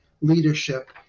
leadership